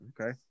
okay